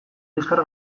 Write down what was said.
liskar